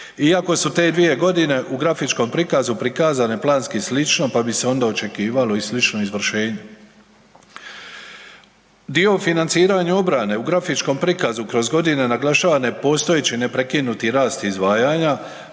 iako su te 2 godine u grafičkom prikazu prikazane planski slično pa bi se onda se onda očekivalo i slično izvršenje. Dio o financiranju obrane u grafičkom prikazu kroz godine naglašava nepostojeći neprekinuti rast izdvajanja